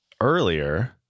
Earlier